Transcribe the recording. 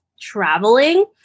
traveling